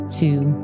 two